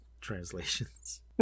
translations